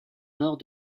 nord